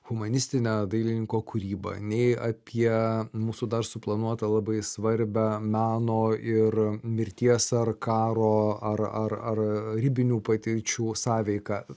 humanistinę dailininko kūrybą nei apie mūsų dar suplanuotą labai svarbią meno ir mirties ar karo ar ar ar ribinių patirčių sąveiką